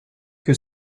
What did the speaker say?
que